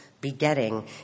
begetting